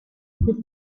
plus